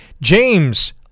James